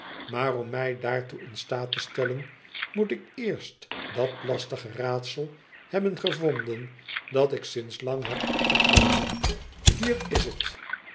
mslai om mij daartoe in staat te stellen moet ik eerst dat lastige raadsel hebben gevonden dat ik sinds lang heb opgegeven hier is het